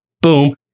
boom